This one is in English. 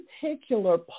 particular